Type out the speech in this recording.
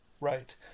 Right